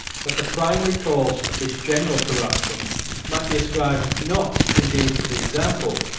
that the primary cause of this general corruption might be ascribed, not indeed to the example,